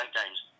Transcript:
game's